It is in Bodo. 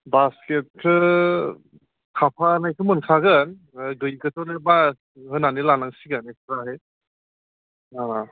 बासकेटखो थाफानायखो मोनखागोन होनानै लानांसिगोन एकस्ट्रायै